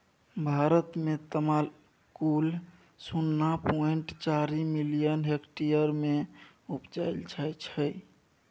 भारत मे तमाकुल शुन्ना पॉइंट चारि मिलियन हेक्टेयर मे उपजाएल जाइ छै